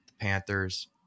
Panthers